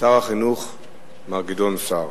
שר החינוך מר גדעון סער.